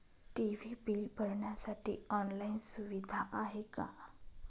TV bill भरण्यासाठी online सुविधा आहे का?